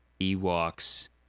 ewoks